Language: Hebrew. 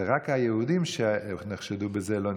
ורק היהודים שנחשדו בזה לא נכנסו.